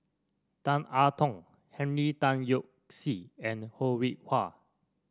Tan I Tong Henry Tan Yoke See and Ho Rih Hwa